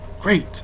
Great